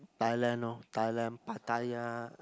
Thailand lor Thailand Pattaya